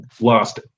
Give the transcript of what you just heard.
lost